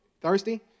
Thirsty